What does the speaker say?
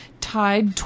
tied